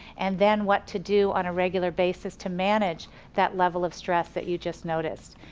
and then what to do on a regular basis to manage that level of stress that you just noticed.